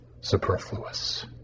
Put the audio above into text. superfluous